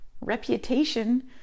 Reputation